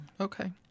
Okay